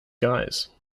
guise